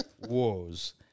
wars